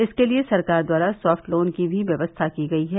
इसके लिये सरकार द्वारा सॉफ्ट लोन की भी व्यवस्था की गयी है